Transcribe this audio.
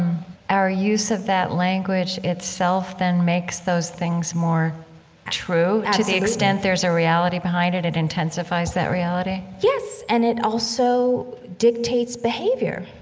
our use of that language itself then makes those things more true, absolutely, to the extent there's a reality behind it, it intensifies that reality? yes. and it also dictates behavior.